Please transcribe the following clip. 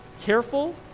careful